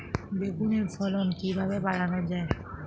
বেগুনের ফলন কিভাবে বাড়ানো যায়?